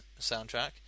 soundtrack